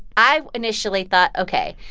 i initially thought, ok,